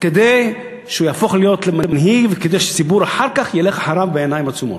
כדי שהוא יהפוך למנהיג וכדי שהציבור אחר כך ילך אחריו בעיניים עצומות.